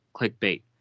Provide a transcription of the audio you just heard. clickbait